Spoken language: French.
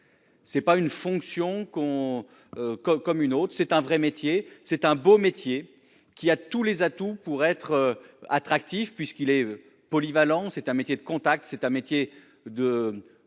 C'est pas une fonction qu'on comme comme une autre, c'est un vrai métier, c'est un beau métier qui a tous les atouts pour être attractif, puisqu'il est polyvalent. C'est un métier de contact, c'est un métier de